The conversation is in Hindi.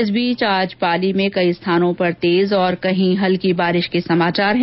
इस बीच आज पाली में कई स्थानों पर तेज और कही हल्की बारिश होने के समाचार है